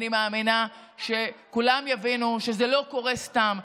אני מאמינה שכולם יבינו שזה לא קורה סתם.